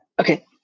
Okay